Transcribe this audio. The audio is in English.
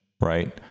right